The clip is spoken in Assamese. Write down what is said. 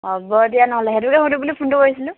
হ'ব দিয়া নহ'লে সেইটোকে সুধিম বুলি ফোনটো কৰিছিলোঁ